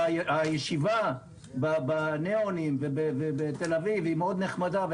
הישיבה בניאונים בתל אביב היא מאוד נחמדה אבל